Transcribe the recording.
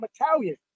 Italian